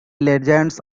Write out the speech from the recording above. legends